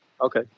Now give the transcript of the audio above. Okay